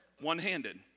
One-handed